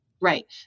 Right